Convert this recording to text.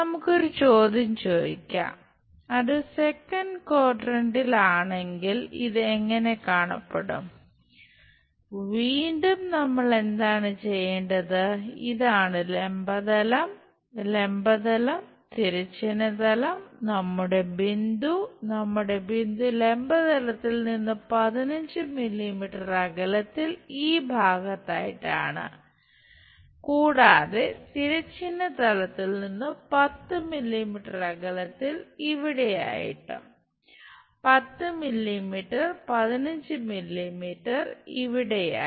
നമുക്ക് ഒരു ചോദ്യം ചോദിക്കാം അത് സെക്കന്റ് ക്വാഡ്രന്റിൽ ഇവിടെയായി